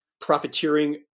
profiteering